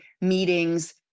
meetings